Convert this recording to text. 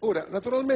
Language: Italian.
Naturalmente è vero che la legge europea permette - e non impone - uno sbarramento fino al 5